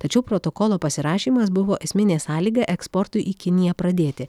tačiau protokolo pasirašymas buvo esminė sąlyga eksportui į kiniją pradėti